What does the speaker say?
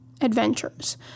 adventures